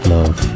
Love